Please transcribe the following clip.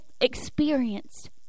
experienced